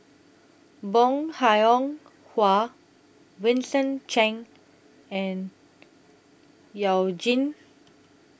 Bong Hiong Hwa Vincent Cheng and YOU Jin